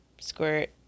squirt